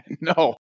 No